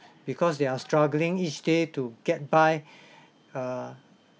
because they are struggling each day to get by uh